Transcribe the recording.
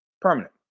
permanent